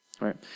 right